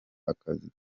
akazi